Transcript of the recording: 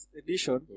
edition